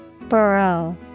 Burrow